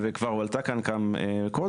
וכבר הועלתה כאן קודם,